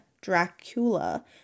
Dracula